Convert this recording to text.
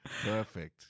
Perfect